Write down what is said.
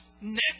next